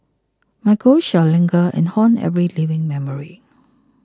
my ghost shall linger and haunt every living memory